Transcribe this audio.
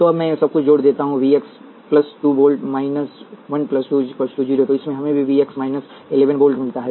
तो अब मैं सब कुछ जोड़ देता हूं V X 2 volt 1 volt 10 volt 0 तो इससे हमें वी एक्स 11 वोल्ट मिलता है